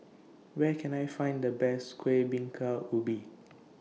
Where Can I Find The Best Kueh Bingka Ubi